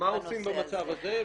השאלה היא מה עושים במקרה הזה.